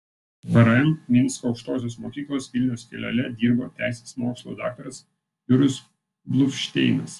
vrm minsko aukštosios mokyklos vilniaus filiale dirbo teisės mokslų daktaras jurijus bluvšteinas